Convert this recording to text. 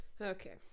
okay